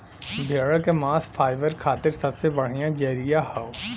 भेड़ क मांस फाइबर खातिर सबसे बढ़िया जरिया हौ